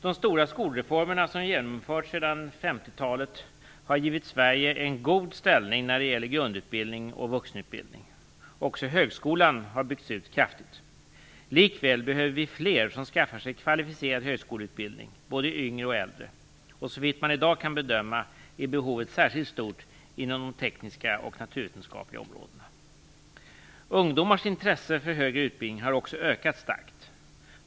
De stora skolreformer som genomförts sedan 50 talet har givit Sverige en god ställning när det gäller grundutbildning och vuxenutbildning. Också högskolan har byggts ut kraftigt. Likväl behöver vi fler som skaffar sig kvalificerad högskoleutbildning, både yngre och äldre. Såvitt man i dag kan bedöma är behovet särskilt stort inom de tekniska och naturvetenskapliga områdena. Ungdomars intresse för högre utbildning har också ökat starkt.